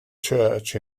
church